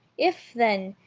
if, then,